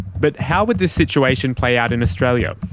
but how would this situation play out in australia,